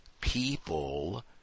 people